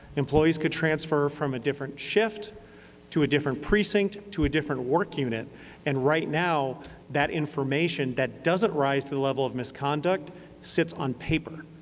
employees could transfer from a different shift to a different precinct to a different work unit and right now that information that doesn't rise to the level of misconduct sits on paper.